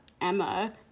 Emma